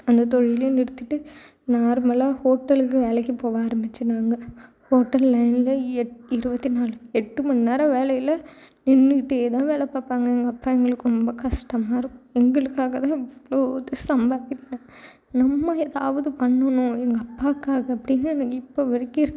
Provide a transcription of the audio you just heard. அந்த தொழிலையும் நிறுத்திட்டு நார்மலாக ஹோட்டலுக்கு வேலைக்கு போக ஆரம்பிச்சிடாங்க ஹோட்டல்லையே இருபத்துநாலு எட்டு மணி நேரம் வேலையில் நின்றுக்கிட்டே தான் வேலை பார்ப்பாங்க எங்கள் அப்பா எங்களுக்கு ரொம்ப கஷ்டமாயிருக்கும் எங்களுக்காக தான் இவ்வளோது சம்பாதிக்கிறாங்க நம்ம ஏதாவது பண்ணணும் எங்கள் அப்பாவுக்காக அப்படின்னு எனக்கு இப்போ வரைக்கும் இருக்கு